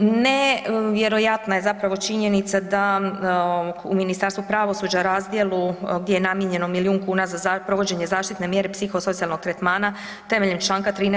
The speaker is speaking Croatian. Nevjerojatna je zapravo činjenica da u Ministarstvu pravosuđa u razdjelu gdje je namijenjeno milijun kuna za provođenje zaštitne mjere psihosocijalnog tretmana temeljem čl. 13.